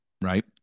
right